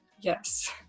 Yes